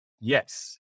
yes